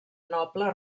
noble